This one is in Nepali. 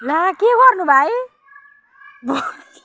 ला के गर्नु भाइ